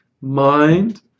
mind